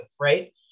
right